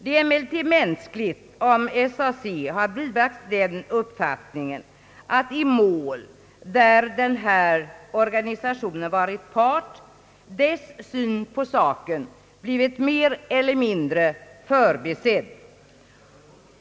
Det är emellertid mänskligt om SAC bibragts den uppfattningen att i mål, där organisationen varit part, dess syn på saken blivit mer eller mindre förbisedd.